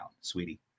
sweetie